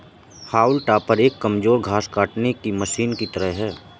हाउल topper एक कमजोर घास काटने की मशीन की तरह है